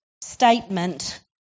statement